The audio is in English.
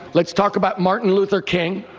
let's talk about martin luther king.